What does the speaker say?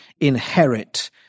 inherit